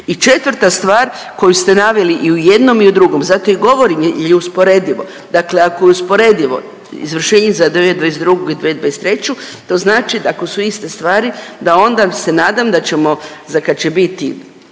I četvrta stvar koju ste naveli i u jednom i u drugom, zato i govorim jer je usporedivo. Dakle, ako je usporedivo izvršenje za '22. i '23. to znači da ako su iste stvari da onda se nadam da ćemo za kad će biti